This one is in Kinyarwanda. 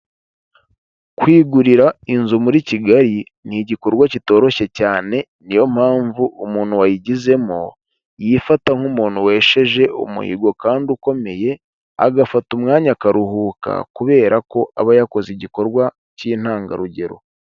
Kwigurira inzu muri Kigali ni igikorwa kitoroshye cyane, niyo mpamvu umuntu wayigezemo yifata nk'umuntu wesheje umuhigo kandi ukomeye, agafata umwanya akaruhuka kubera ko aba yakoze igikorwa cy'intangarugero.